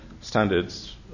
standards